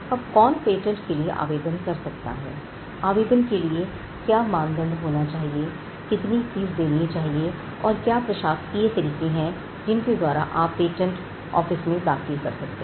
अब कौन पेटेंट के लिए आवेदन कर सकता है आवेदक के लिए क्या मानदंड होना चाहिए कितनी फीस देनी चाहिए और क्या प्रशासकीय तरीके हैं जिनके द्वारा आप पेटेंट ऑफिस में दखल दे सकते हैं